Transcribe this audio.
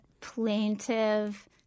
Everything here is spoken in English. plaintive